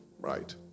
right